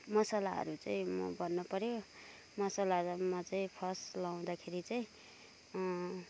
मसलाहरू चाहिँ म भन्नु पऱ्यो मसलामा चाहिँ फर्स्ट लाउँदाखेरि चाहिँ